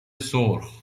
سرخ